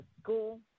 school